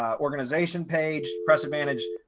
um organization page, press advantage,